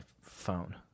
phone